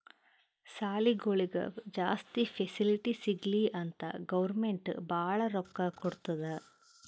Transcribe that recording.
ಸಾಲಿಗೊಳಿಗ್ ಜಾಸ್ತಿ ಫೆಸಿಲಿಟಿ ಸಿಗ್ಲಿ ಅಂತ್ ಗೌರ್ಮೆಂಟ್ ಭಾಳ ರೊಕ್ಕಾ ಕೊಡ್ತುದ್